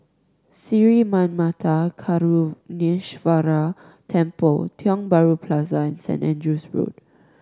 Sri Manmatha Karuneshvarar Temple Tiong Bahru Plaza and Saint Andrew's Road